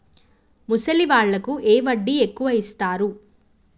ముసలి వాళ్ళకు ఏ వడ్డీ ఎక్కువ ఇస్తారు?